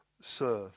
serve